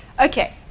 Okay